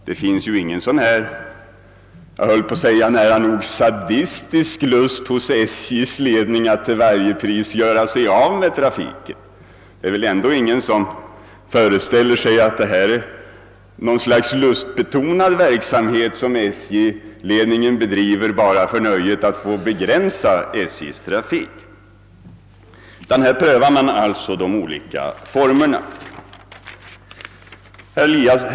Det finns naturligtvis ingen, jag höll på att säga sadistisk, lust hos SJ:s ledning att till varje pris göra sig av med järnvägstrafiken. Ingen föreställer sig väl att detta är någon sorts Iustbetonad verksamhet som SJ ledningen bedriver bara för nöjet att begränsa SJ:s trafik! Man prövar i stället de olika former för verksamheten som kan komma i fråga.